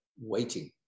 waiting